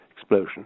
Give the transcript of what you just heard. explosion